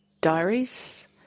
diaries